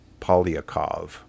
Polyakov